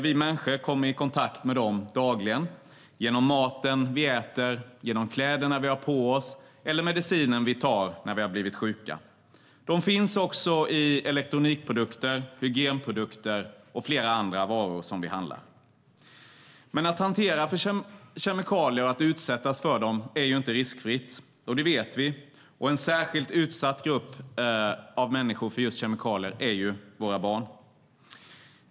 Vi människor kommer i kontakt med dem dagligen genom maten vi äter, genom kläderna vi har på oss eller genom medicinen vi tar när vi har blivit sjuka. De finns också i elektronikprodukter, hygienprodukter och flera andra varor som vi handlar. Men att hantera kemikalier och att utsättas för dem är inte riskfritt. Det vet vi, och en för kemikalier särskilt utsatt grupp människor är barn.